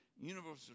universal